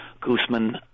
guzman